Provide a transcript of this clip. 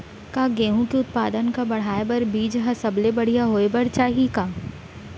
का गेहूँ के उत्पादन का बढ़ाये बर बीज ह सबले बढ़िया होय बर चाही का?